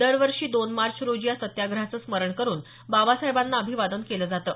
दरवर्षी दोन मार्च रोजी या सत्याग्रहाचं स्मरण करून बाबासाहेबांना अभिवादन केलं जातं